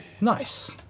Nice